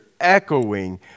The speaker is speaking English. echoing